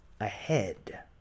ahead